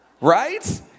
Right